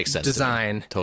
design